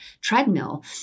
treadmill